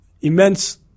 immense